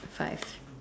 five